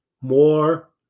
more